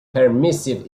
permissive